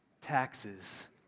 taxes